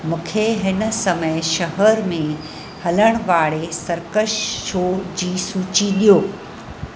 मूंखे हिन समय शहर में हलण वारे सर्कश शो जी सूची ॾियो